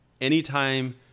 Anytime